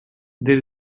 there